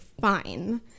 fine